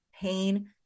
pain